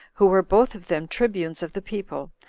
who were both of them tribunes of the people,